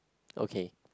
okay